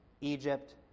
Egypt